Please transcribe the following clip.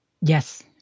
Yes